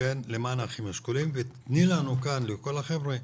למען האחים השכולים, ותתני לנו כאן לכל החבר'ה